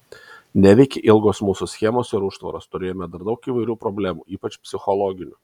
neveikė ilgos mūsų schemos ir užtvaros turėjome dar daug įvairių problemų ypač psichologinių